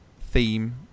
theme